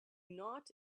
not